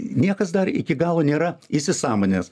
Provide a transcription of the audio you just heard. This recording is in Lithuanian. niekas dar iki galo nėra įsisąmonęs